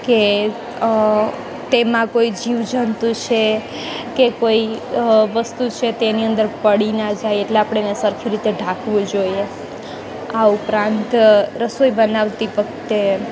કે તેમાં કોઈ જીવજંતુ છે કે કોઈ વસ્તુ છે તેની અંદર પડી ન જાય એટલા આપણે એને સરખી રીતે ઢાંકવું જોઈએ આ ઉપરાંત રસોઈ બનાવતી વખતે